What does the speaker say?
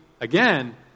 again